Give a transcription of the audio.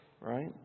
right